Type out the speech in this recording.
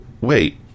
Wait